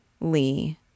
Lee